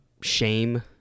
shame